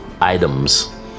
items